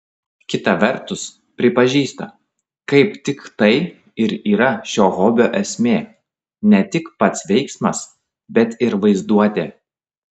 kita vertus pripažįsta kaip tik tai ir yra šio hobio esmė ne tik pats veiksmas bet ir vaizduotė